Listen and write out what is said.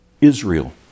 Israel